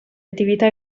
attività